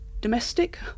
domestic